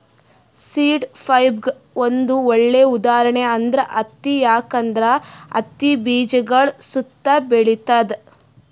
seed ಫೈಬರ್ಗ್ ಒಂದ್ ಒಳ್ಳೆ ಉದಾಹರಣೆ ಅಂದ್ರ ಹತ್ತಿ ಯಾಕಂದ್ರ ಹತ್ತಿ ಬೀಜಗಳ್ ಸುತ್ತಾ ಬೆಳಿತದ್